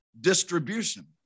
distribution